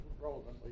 relevantly